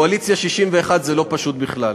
בקואליציה של 61 זה לא פשוט בכלל